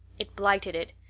it blighted it.